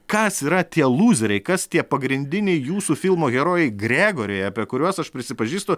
kas yra tie lūzeriai kas tie pagrindiniai jūsų filmo herojai gregoriai apie kuriuos aš prisipažįstu